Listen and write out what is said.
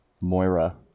Moira